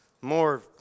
more